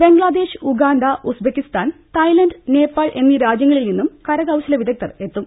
Bangladesh Uganda Uzbekistan Thailand Nepal എന്നീ രാജ്യങ്ങളിൽ നിന്നും കര കൌശലവിദഗ്ധർ എത്തും